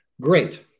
Great